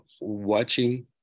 watching